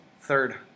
third